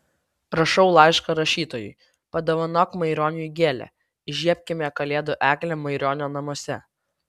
rašau laišką rašytojui padovanok maironiui gėlę įžiebkime kalėdų eglę maironio namuose